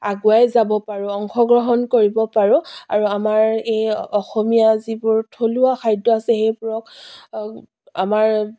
আগুৱাই যাব পাৰোঁ অংশগ্ৰহণ কৰিব পাৰোঁ আৰু আমাৰ এই অসমীয়া যিবোৰ থলুৱা খাদ্য আছে সেইবোৰক আমাৰ